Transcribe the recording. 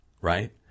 right